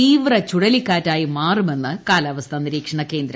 തീവ്ര ചുഴലിക്കാറ്റായി മാറുമെന്ന് കാലാവസ്ഥ നിരീക്ഷണ കേന്ദ്രം